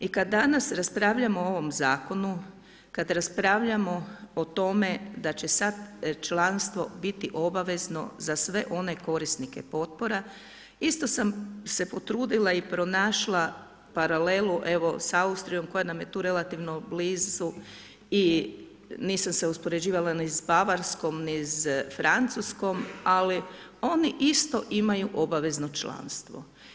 I kada danas raspravljamo o ovom zakonu, kada raspravljamo o tome, da će sada članstvo biti obavezno za sve one korisnike potpora, isto sam se potrudila i pronašla paralelu evo s Austrijom, koja nam je tu relativno blizu i nisam se uspoređivala ni sa Bavarskom ni sa Francuskom ali oni isto imaju obavezno članstvo.